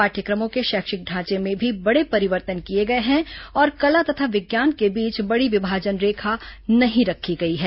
पाठ्यक्रमों के शैक्षिक ढांचे में भी बडे परिवर्तन किए गए हैं और कला तथा विज्ञान के बीच बडी विमाजन रेखा नहीं रखी गई है